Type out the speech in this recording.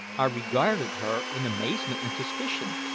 i regarded her in amazement and suspicion,